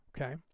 Okay